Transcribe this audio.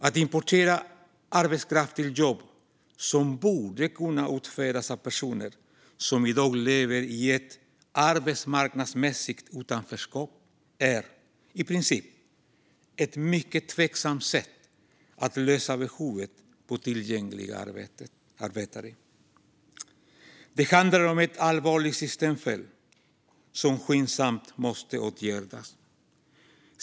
Att importera arbetskraft till jobb som borde kunna utföras av personer som i dag lever i ett arbetsmarknadsmässigt utanförskap är av princip ett mycket tveksamt sätt att lösa behovet av tillgängliga arbetare. Det handlar om ett allvarligt systemfel som skyndsamt måste åtgärdas.